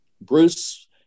Bruce